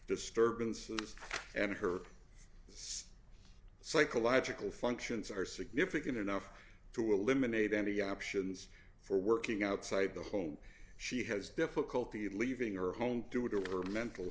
disturbances and her see psychological functions are significant enough to eliminate any options for working outside the home she has difficulty leaving her home due to her mental